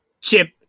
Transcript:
chip